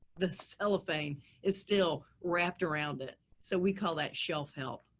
the cellophane is still wrapped around it. so we call that shelf help,